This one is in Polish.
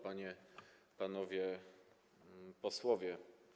Panie i Panowie Posłowie!